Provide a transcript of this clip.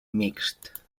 mixt